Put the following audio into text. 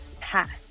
past